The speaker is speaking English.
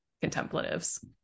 contemplatives